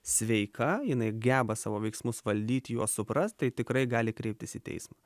sveika jinai geba savo veiksmus valdyt juos suprast tai tikrai gali kreiptis į teismą